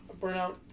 Burnout